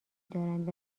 دارند